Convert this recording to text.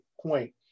point